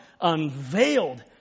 unveiled